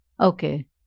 Okay